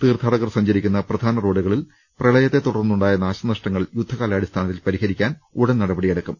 തീർത്ഥാടകർ സഞ്ചരിക്കുന്ന പ്രധാന റോഡുകളിൽ പ്രളയത്തെ തുടർന്നുണ്ടായ നാശനഷ്ടങ്ങൾ യുദ്ധകാലാടിസ്ഥാനത്തിൽ പരിഹരി ക്കാനും ഉടൻ ഗ്രനടപടിയെടുക്കും